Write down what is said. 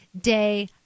Day